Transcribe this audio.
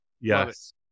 Yes